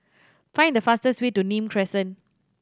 find the fastest way to Nim Crescent